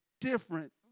different